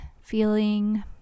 feeling